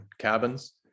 cabins